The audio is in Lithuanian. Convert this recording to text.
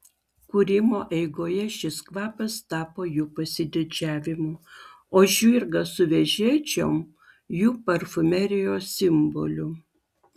kūrimo eigoje šis kvapas tapo jų pasididžiavimu o žirgas su vežėčiom jų parfumerijos simboliu